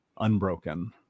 unbroken